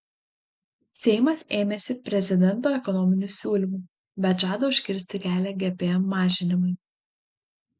seimas ėmėsi prezidento ekonominių siūlymų bet žada užkirsti kelią gpm mažinimui